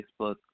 Facebook